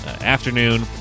afternoon